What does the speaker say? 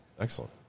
Excellent